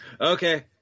okay